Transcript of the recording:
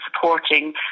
supporting